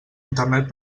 internet